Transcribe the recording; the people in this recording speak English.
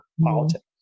politics